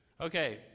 Okay